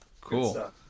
cool